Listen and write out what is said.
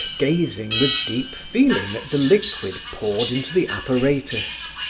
gazing with deep feeling at the liquid poured into the apparatus.